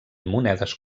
monedes